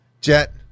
Jet